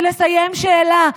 ולסיים שאלה?